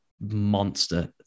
monster